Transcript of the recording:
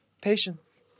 patience